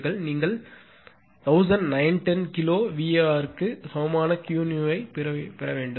நீங்கள் 1910 kilo VAr க்கு சமமான Qnew ஐப் பெறுவீர்கள்